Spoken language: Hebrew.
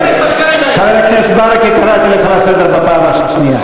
אתה, אני קורא לך לסדר בפעם השנייה,